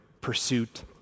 pursuit